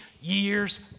years